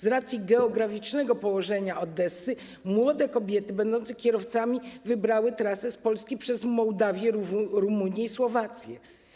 Z racji geograficznego położenia Odessy młode kobiety będące kierowcami wybrały trasę z Polski przez Mołdawię, Rumunię i Słowację.